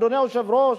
אדוני היושב-ראש,